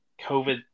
COVID